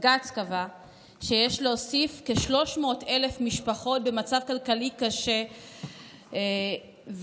שיש להוסיף כ-300,000 משפחות במצב כלכלי קשה ובעלות